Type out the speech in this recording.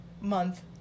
month